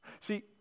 See